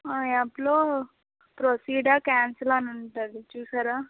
ఆ యాప్లో ప్రొసీడా క్యాన్సిలా అని ఉంటుంది చూసారా